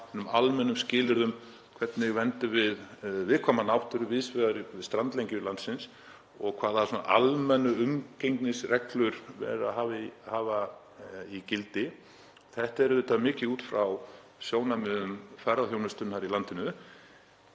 almennu skilyrðum: Hvernig verndum við viðkvæma náttúru víðs vegar við strandlengju landsins og hvaða almennu umgengnisreglur ber að hafa í gildi? Þetta er auðvitað mikið út frá sjónarmiðum ferðaþjónustunnar í landinu